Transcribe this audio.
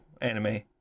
anime